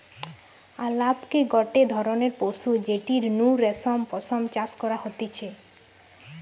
আলাপকে গটে ধরণের পশু যেটির নু রেশম পশম চাষ করা হতিছে